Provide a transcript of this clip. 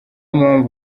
mpamvu